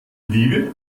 liebe